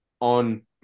on